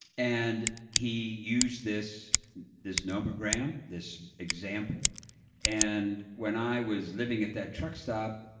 and he used this this nomogram, this example and when i was living at that truck stop,